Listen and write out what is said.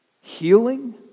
healing